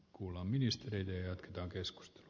arvoisa puhemies